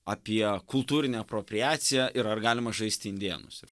apie kultūrinę apropriaciją ir ar galima žaisti indėnus ir